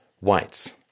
whites